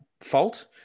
fault